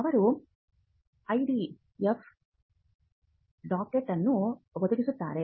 ಅವರು ಐಡಿಎಫ್ಗಾಗಿ ಡಾಕೆಟ್ ಅನ್ನು ಒದಗಿಸುತ್ತಾರೆ